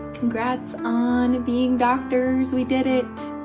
congrats on being doctors. we did it.